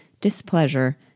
displeasure